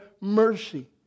mercy